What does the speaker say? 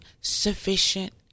sufficient